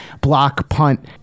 block-punt